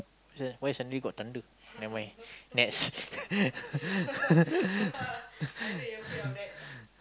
why suddenly got thunder never mind next